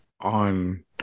on